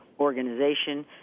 Organization